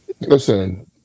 listen